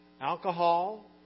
alcohol